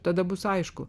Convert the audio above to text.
tada bus aišku